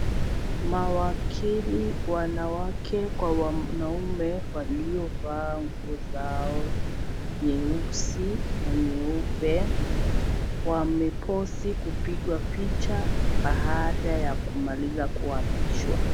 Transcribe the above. Mawakili wanawake kwa wanaume waliovaa nguo zao nyeusi na nyeupe. Wamepozi kupigwa picha, baada ya kumaliza kuapishwa.